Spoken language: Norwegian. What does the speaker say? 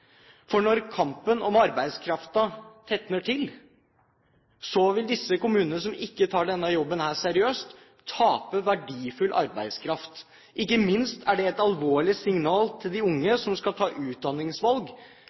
for når kampen om arbeidskraften tetner til, vil de kommunene som ikke tar denne jobben seriøst, tape verdifull arbeidskraft. Ikke minst må samfunnets signal til de